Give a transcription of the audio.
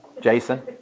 Jason